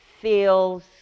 feels